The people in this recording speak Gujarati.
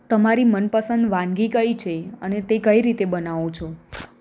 તમારી મનપસંદ વાનગી કઈ છે અને તે કઈ રીતે બનાવો છો